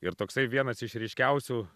ir toksai vienas iš ryškiausių